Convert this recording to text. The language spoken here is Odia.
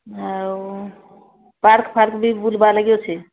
ଆଉ ପାର୍କ୍ ଫାର୍କ୍ ବି ବୁଲିବା ଲାଗି ଅଛି